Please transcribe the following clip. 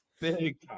big